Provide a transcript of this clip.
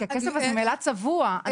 הכסף הזה ממילא צבוע.